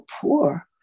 poor